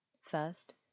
First